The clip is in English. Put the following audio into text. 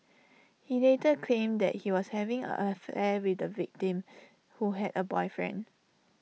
he later claimed that he was having an affair with the victim who had A boyfriend